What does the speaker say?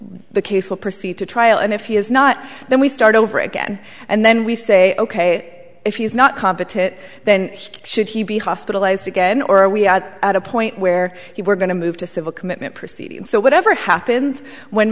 the case will proceed to trial and if he is not then we start over again and then we say ok if he's not competent then should he be hospitalized again or are we at a point where he we're going to move to civil commitment proceedings so whatever happens when